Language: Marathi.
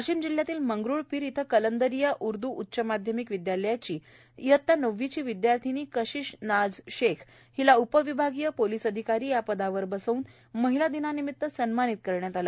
वाशीम जिल्ह्यातील मंगरुळपिर इथं कलंदरिया उर्दू उच्च माध्यमिक विद्यालयाची नववीतील विद्यार्थीनी कशीश नाझ शेख हिला उपविभागीय पोलिस अधिकारी या पदावर बसवून महिला दिनानिमित्त सन्मानित करण्यात आलं